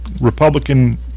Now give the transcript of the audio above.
Republican